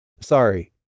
Sorry